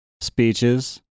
speeches